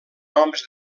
noms